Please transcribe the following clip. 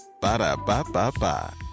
Ba-da-ba-ba-ba